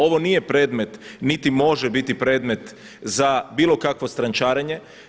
Ovo nije predmet niti može biti predmet za bilo kakvo strančarenje.